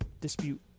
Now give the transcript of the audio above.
dispute